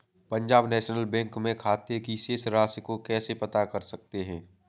Punjab national bank में खाते की शेष राशि को कैसे पता कर सकते हैं?